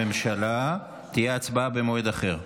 לממשלה, תהיה הצבעה במועד אחר.